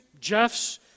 Jeff's